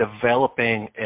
developing